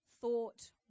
thought